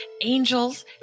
angels